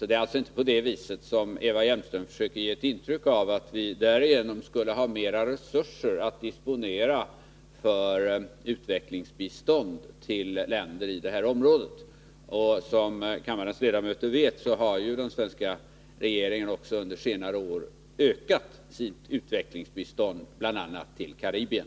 Det är alltså inte så, som Eva Hjelmström försöker ge ett intryck av, att vi därigenom skulle få mera resurser att disponera för utvecklingsbistånd till länder i området. Som kammarens ledamöter vet har den svenska regeringen under senare år också ökat sitt utvecklingsbistånd bl.a. till Karibien.